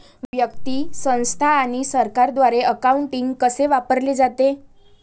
व्यक्ती, संस्था आणि सरकारद्वारे अकाउंटिंग कसे वापरले जाते